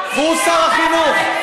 הוא שר החוץ.